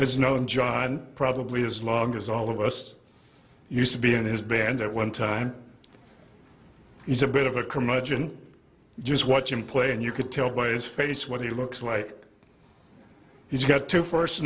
has known john probably as long as all of us used to be in his band at one time he's a bit of a curmudgeon just watch him play and you could tell by his face what he looks like he's got two first